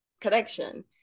connection